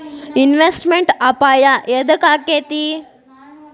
Investment ಅಪಾಯಾ ಯದಕ ಅಕ್ಕೇತಿ?